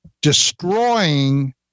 destroying